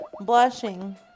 Blushing